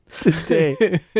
today